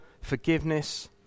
forgiveness